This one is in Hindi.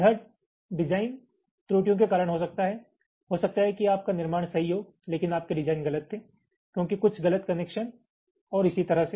यह डिज़ाइन त्रुटियों के कारण हो सकता है हो सकता है कि आपका निर्माण सही हो लेकिन आपके डिज़ाइन गलत थे क्योंकि कुछ गलत कनेक्शन और इसी तरह से